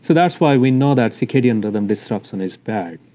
so that's why we know that circadian rhythm disruption is bad,